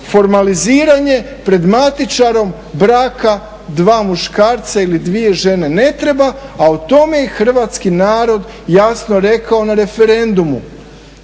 formaliziiranje pred matičarom braka dva muškarca ili dvije žene ne treba, a o tome je i hrvatski narod jasno rekao na referendumu.